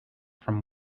from